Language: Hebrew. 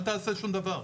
אל תעשה שום דבר,